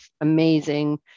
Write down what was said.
amazing